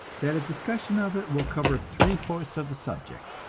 that a discussion of it will cover three-fourths of the subject.